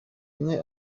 umwe